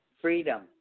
Freedom